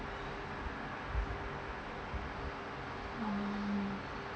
mm